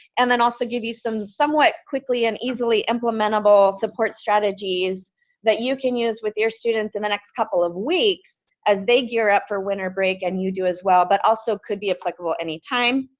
and then also give you some some what quickly and easily implementable support strategies that you can use with your students in the next couple of weeks as they gear up for winter break and you do as well, but also could be applicable any time.